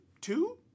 two